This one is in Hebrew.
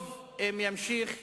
טוב אם ימשיך ליברמן,